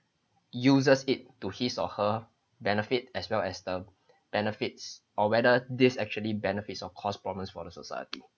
uses it to his or her benefit as well as the benefits or whether this actually benefits of cause problems for the society